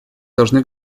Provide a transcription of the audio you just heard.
должны